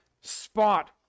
spot